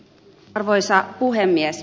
arvoisa puhemies